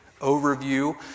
overview